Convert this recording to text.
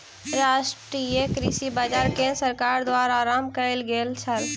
राष्ट्रीय कृषि बाजार केंद्र सरकार द्वारा आरम्भ कयल गेल छल